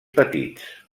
petits